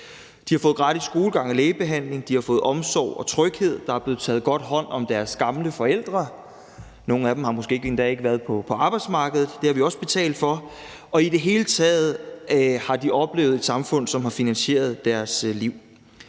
De har fået gratis skolegang og lægebehandling, de har fået omsorg og tryghed, og der er blevet taget godt hånd om deres gamle forældre; nogle af dem har måske endda ikke været på arbejdsmarkedet, og det har vi også betalt for. I det hele taget har de oplevet samfund, som har finansieret deres liv.